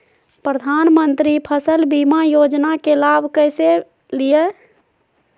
प्रधानमंत्री फसल बीमा योजना के लाभ कैसे लिये?